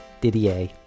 Didier